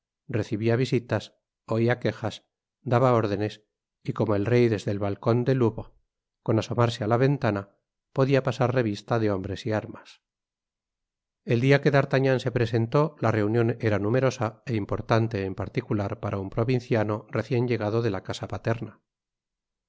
recibia visitas oia quejas daba órdenes y como el rey desde el batcon de louvre con asomarse á la ventana podia pasar revista de hombres y armas content from google book search generated at el dia que d'artagnan se presentó la reunion era numerosa é importante en particular para un provinciano recien llegado de la casa paterna